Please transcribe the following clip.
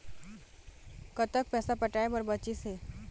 कतक पैसा पटाए बर बचीस हे?